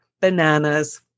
bananas